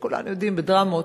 כולנו יודעים בדרמות,